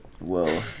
Whoa